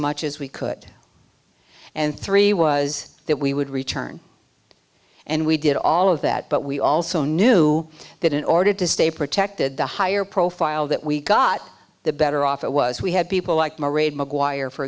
much as we could and three was that we would return and we did all of that but we also knew that in order to stay protected the higher profile that we got the better off it was we had people like marie maguire for